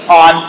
on